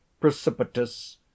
Precipitous